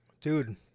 Dude